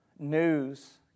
News